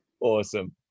Awesome